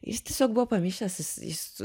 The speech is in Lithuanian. jis tiesiog buvo pamišęs jis jis su